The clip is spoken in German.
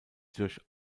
durch